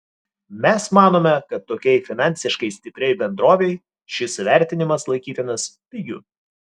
mes manome kad tokiai finansiškai stipriai bendrovei šis įvertinimas laikytinas pigiu